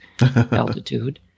altitude